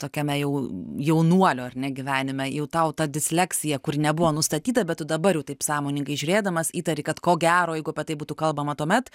tokiame jau jaunuolio ar ne gyvenime jau tau ta disleksija kuri nebuvo nustatyta bet tu dabar jau taip sąmoningai žiūrėdamas įtari kad ko gero jeigu apie tai būtų kalbama tuomet